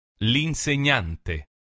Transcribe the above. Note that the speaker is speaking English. L'insegnante